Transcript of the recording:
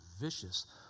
vicious